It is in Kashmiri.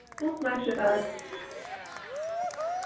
کُس نَقشہٕ دار